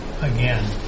again